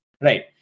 right